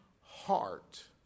heart